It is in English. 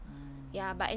hmm